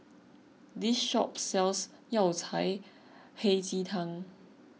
this shop sells Yao Cai Hei Ji Tang